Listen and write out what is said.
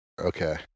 Okay